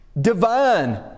divine